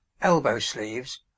elbow-sleeves